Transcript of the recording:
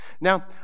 Now